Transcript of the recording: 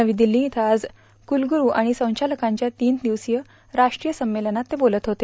नवी दिल्ली इथं आज कुलगुरू आणि संचालकांच्या तीन दिवसीय राष्ट्रीय सम्मेलनात ते बोलत झेते